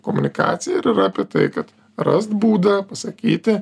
komunikacija ir yra apie tai kad rast būdą pasakyti